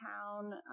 town